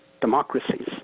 democracies